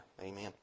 Amen